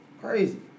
Crazy